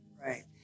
Right